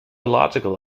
illogical